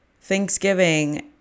Thanksgiving